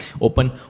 Open